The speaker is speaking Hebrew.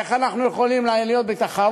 איך אנחנו יכולים להיות בתחרות